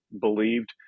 believed